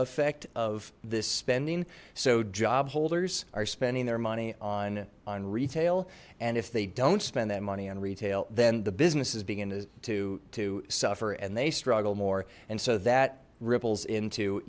effect of this spending so job holders are spending their money on on retail and if they don't spend that money on retail then the businesses begin to to suffer and they struggle more and so that ripples into